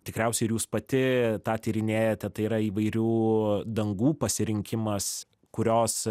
tikriausiai ir jūs pati tą tyrinėjate tai yra įvairių dangų pasirinkimas kurios